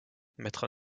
mettre